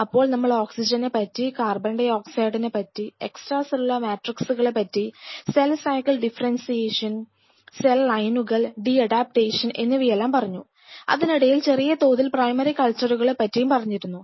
അപ്പോൾ നമ്മൾ ഓക്സിജനെ പറ്റി കാർബൺഡയോക്സൈഡിനെ പറ്റി എക്സ്ട്രാ സെല്ലുലാർ മാട്രിക്സ്കളെ പറ്റി സെൽ സൈക്കിൾ ഡിഫറെൻഷിയേഷൻ സെൽ ലൈനുകൾ ഡി അഡാപ്റ്റേഷൻ എന്നിവയെല്ലാം പറഞ്ഞു അതിനിടയിൽ ചെറിയതോതിൽ പ്രൈമറി കൾച്ചറുകളെ പറ്റിയും പറഞ്ഞിരുന്നു